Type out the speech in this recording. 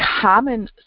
common